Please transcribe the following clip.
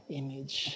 image